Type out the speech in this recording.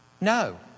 No